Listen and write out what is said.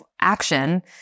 action